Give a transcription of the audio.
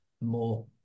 more